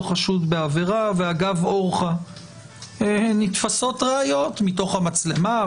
חשוד בעבירה ואגב אורחא נתפסות ראיות מתוך המצלמה,